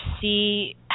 see